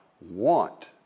want